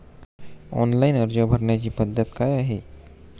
Online अर्ज भरण्याची पद्धत काय आहे?